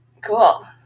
Cool